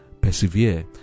Persevere